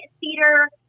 theater